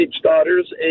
daughters